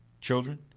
Children